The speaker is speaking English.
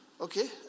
okay